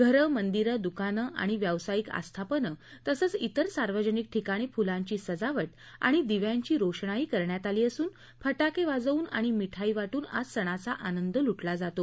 घरं मंदिरं दुकानं आणि व्यावसायिक आस्थापना तसंच त्विर सार्वजनिक ठिकाणी फुलांची सजावट आणि दिव्यांची रोषणाई करण्यात आली असून फटाके वाजवून आणि मिठाई वाटून आज सणाचा आनंद लुटला जातो